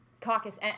caucus